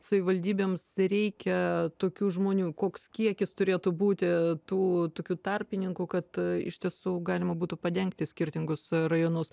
savivaldybėms reikia tokių žmonių koks kiekis turėtų būti tų tokių tarpininkų kad iš tiesų galima būtų padengti skirtingus rajonus